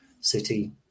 city